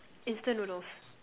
instant noodles